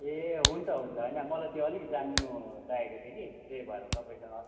ए हुन्छ हुन्छ होइन म त त्यो अलिक जान्नु चाहेको थियो कि त्यही भएर तपाईँसँग